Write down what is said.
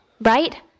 right